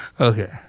Okay